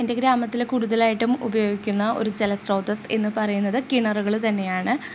എൻ്റെ ഗ്രാമത്തിൽ കൂടുതലായിട്ടും ഉപയോഗിക്കുന്ന ഒരു ജലസ്രോതസ്സ് എന്ന് പറയുന്നത് കിണറുകൾ തന്നെയാണ്